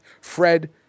fred